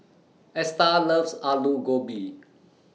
Esta loves Aloo Gobi